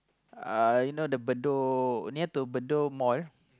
uh you the know the Bedok near to Bedok Mall